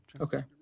Okay